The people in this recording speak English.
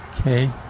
Okay